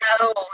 no